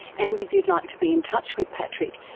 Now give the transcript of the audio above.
and if you'd like to be in touch with patrick,